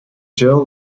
gel